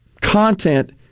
content